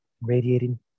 radiating